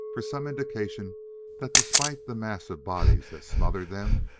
for some indication that despite the mass of bodies that smothered them,